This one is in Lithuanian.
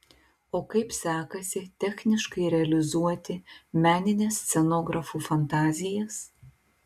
o kaip sekasi techniškai realizuoti menines scenografų fantazijas